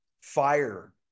fire